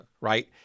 right